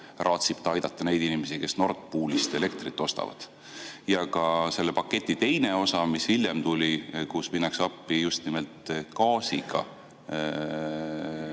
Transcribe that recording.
raatsib ta aidata neid inimesi, kes Nord Poolist elektrit ostavad. Ja ka selle paketi teine osa, mis hiljem tuli, kus minnakse appi just nimelt gaasiga,